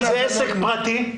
אם זה עסק פרטי,